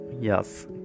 yes